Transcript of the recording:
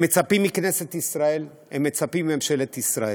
הם מצפים מכנסת ישראל, הם מצפים מממשלת ישראל.